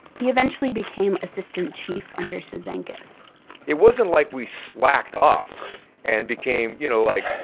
he eventually became assistant chief under cizanckas it wasn't like we slacked off and became, you know like,